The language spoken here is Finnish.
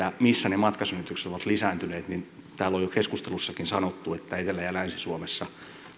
missä ne matkasynnytykset ovat lisääntyneet niin täällä on jo keskusteluissakin sanottu että etelä ja länsi suomessa